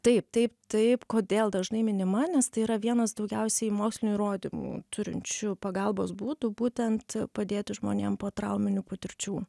taip taip taip kodėl dažnai minima nes tai yra vienas daugiausiai mokslinių įrodymų turinčių pagalbos būdų būtent padėti žmonėm po trauminių patirčių